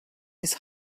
his